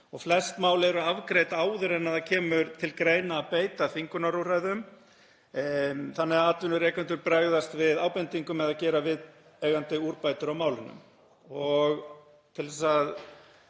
og flest mál eru afgreidd áður en það kemur til greina að beita þvingunarúrræðum þannig að atvinnurekendur bregðast við ábendingum eða gera viðeigandi úrbætur á málunum. Til að